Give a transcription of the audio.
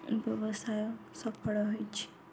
ବ୍ୟବସାୟ ସଫଳ ହେଇଛି